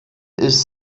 ist